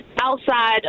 Outside